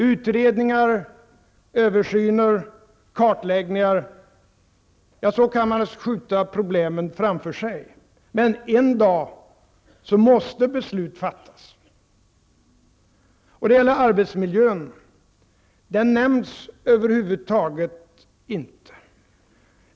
Utredningar, översyner, kartläggningar -- ja, så kan man skjuta problem framför sig, men en dag måste beslut fattas. Det gäller arbetsmiljön. Den nämns över huvud taget inte.